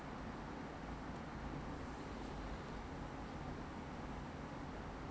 two dollar ninety nine U_S_D flat so no matter how heavy is still the same price